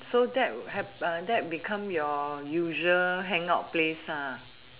so that hap~ that become your usual hang out place lah